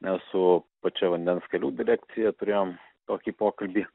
mes su pačia vandens kelių direkcija turėjom tokį pokalbį